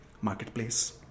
marketplace